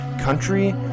country